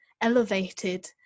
elevated